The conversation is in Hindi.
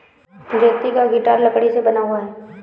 ज्योति का गिटार लकड़ी से बना हुआ है